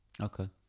Okay